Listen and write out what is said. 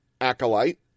acolyte